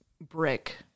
brick